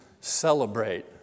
celebrate